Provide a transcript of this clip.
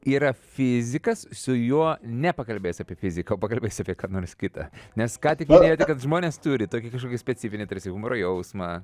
yra fizikas su juo nepakalbėjęs apie fiziką o pakalbėjęs apie ką nors kitą nes ką tik minėjote kad žmonės turi tokį kažkokį specifinį tarsi humoro jausmą